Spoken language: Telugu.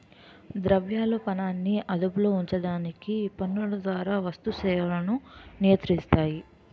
ద్రవ్యాలు పనాన్ని అదుపులో ఉంచడానికి పన్నుల ద్వారా వస్తు సేవలను నియంత్రిస్తాయి